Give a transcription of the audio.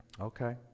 Okay